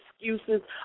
excuses